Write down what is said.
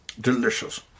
Delicious